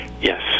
Yes